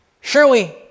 surely